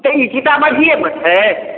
तऽ ई सीतामढ़िएमे छै